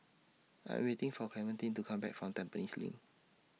I Am waiting For Clementine to Come Back from Tampines LINK